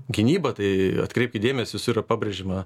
gynybą tai atkreipkit dėmesį visur yra pabrėžiama